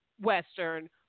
Western